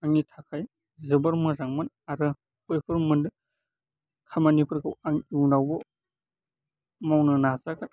आंनि थाखाय जोबोर मोजांमोन आरो बैफोर खामानिफोरखौ आं उनावबो मावनो नाजागोन